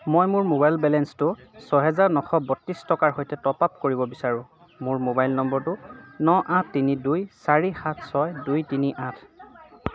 মই মোৰ মোবাইল বেলেন্সটো চহেজাৰ নশ বত্ৰিছ টকাৰ সৈতে টপ আপ কৰিব বিচাৰো মোৰ মোবাইল নম্বৰটো ন আঠ তিনি দুই চাৰি সাত ছয় দুই তিনি আঠ